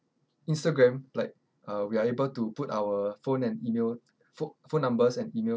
instagram like uh we are able to put our phone and email pho~ phone numbers and email